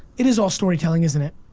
it is all storytelling, isn't it?